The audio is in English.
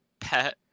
Pet